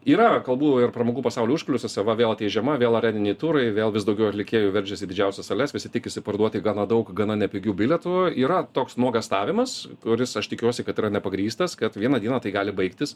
yra kalbų ir pramogų pasaulio užkulisiuose va vėl ateis žiema vėl areniniai turai vėl vis daugiau atlikėjų veržiasi į didžiausias sales visi tikisi parduoti gana daug gana nepigių bilietų yra toks nuogąstavimas kuris aš tikiuosi kad yra nepagrįstas kad vieną dieną tai gali baigtis